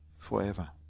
Forever